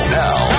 now